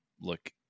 look